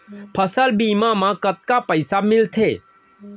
फसल बीमा म कतका पइसा मिलथे?